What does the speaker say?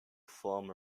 form